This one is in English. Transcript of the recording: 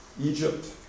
Egypt